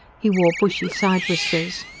he wore bushy side-whiskers.